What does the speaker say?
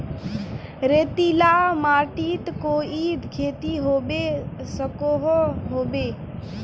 रेतीला माटित कोई खेती होबे सकोहो होबे?